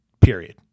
period